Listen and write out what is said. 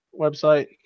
website